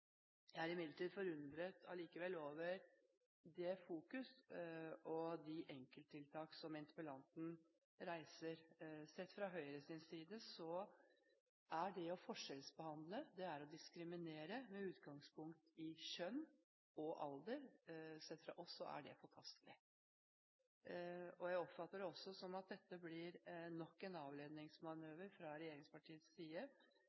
Jeg er imidlertid likevel forundret over det fokus og de enkelttiltak som interpellanten har og tar opp. Sett fra Høyres side er det å forskjellsbehandle, det er å diskriminere, med utgangspunkt i kjønn og alder. Sett fra vår side er det forkastelig. Jeg oppfatter det også slik at dette blir nok en avledningsmanøver fra regjeringspartienes side,